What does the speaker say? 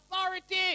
authority